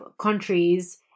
countries